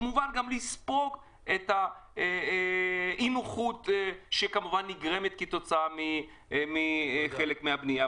מובן לספוג את אי הנוחות שנגרמת כתוצאה מחלק מהפנייה.